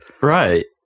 right